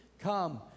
Come